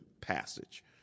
passage